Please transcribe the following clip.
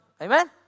Amen